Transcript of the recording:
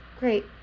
Great